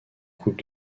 coupe